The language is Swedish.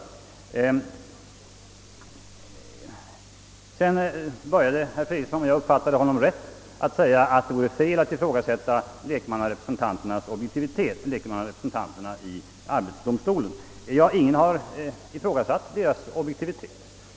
Om jag uppfattade herr Fredriksson rätt, började han med att säga att det är fel att ifrågasätta lekmannarepresentanternas i arbetsdomstolen objektivitet -— men ingen har ifrågasatt deras objektivitet!